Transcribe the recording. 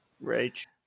Rage